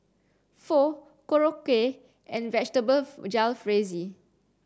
Pho Korokke and Vegetable Jalfrezi